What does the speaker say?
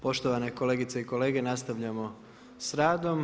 Poštovane kolegice i kolege, nastavljamo s radom.